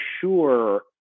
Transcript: sure